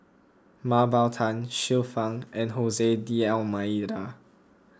Mah Bow Tan Xiu Fang and Jose D'Almeida